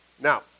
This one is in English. Now